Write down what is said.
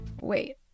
Wait